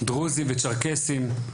דרוזים וצ'רקסים,